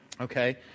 okay